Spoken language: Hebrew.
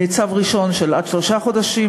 צו ראשון של עד שלושה חודשים,